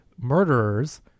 murderers